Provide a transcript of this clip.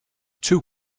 two